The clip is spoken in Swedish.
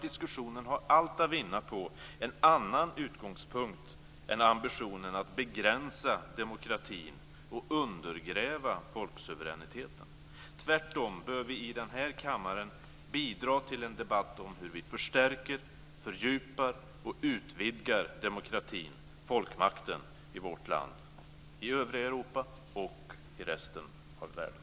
Diskussionen har allt att vinna på en annan utgångspunkt än ambitionen att begränsa demokratin och undergräva folksuveräniteten. Tvärtom bör vi i denna kammare bidra till en debatt om hur vi förstärker, fördjupar och utvidgar demokratin, folkmakten, i vårt land, i övriga Europa och i resten av världen.